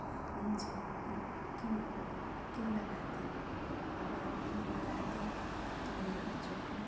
मुझे क्यों क्यों लगाती अगर लगा दी तो मेरे बच्चों को